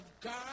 God